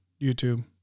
YouTube